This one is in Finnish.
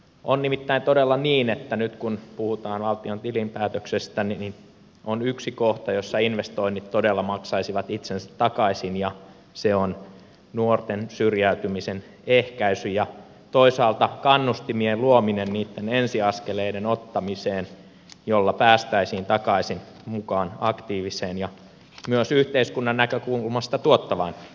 on nimittäin todella niin että nyt kun puhutaan valtion tilinpäätöksestä niin on yksi kohta jossa investoinnit todella maksaisivat itsensä takaisin ja se on nuorten syrjäytymisen ehkäisy ja toisaalta kannustimien luominen niitten ensiaskeleiden ottamiseen jolla päästäisiin takaisin mukaan aktiiviseen ja myös yhteiskunnan näkökulmasta tuottavaan elämään